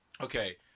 Okay